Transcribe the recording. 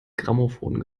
grammophon